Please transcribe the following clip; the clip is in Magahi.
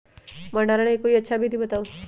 भंडारण के कोई अच्छा विधि बताउ?